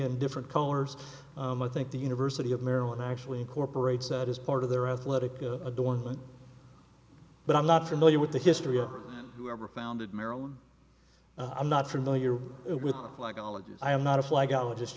and different colors i think the university of maryland actually incorporates that as part of their athletic adornment but i'm not familiar with the history or whoever founded maryland i'm not familiar with like all of you i am not a flag i was just